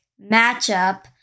matchup